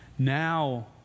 Now